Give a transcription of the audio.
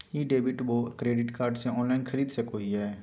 ई debit बोया credit card से online खरीद सको हिए?